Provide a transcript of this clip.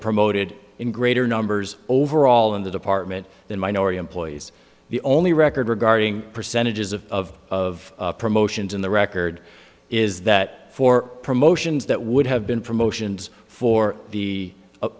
promoted in greater numbers overall in the department than minority employees the only record regarding percentages of of of promotions in the record is that for promotions that would have been promotions for the